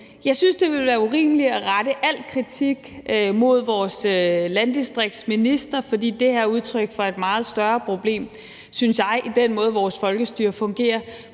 Jeg synes, at det ville være urimeligt at rette al kritik mod vores landdistriktsminister, fordi det her er udtryk for et meget større problem, synes jeg, i den måde, vores folkestyre fungerer